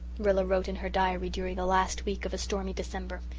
rilla wrote in her diary during the last week of a stormy december.